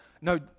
no